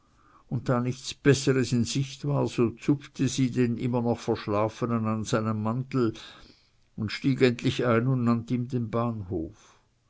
und da nichts besseres in sicht war so zupfte sie den immer noch verschlafenen an seinem mantel und stieg endlich ein und nannt ihm den bahnhof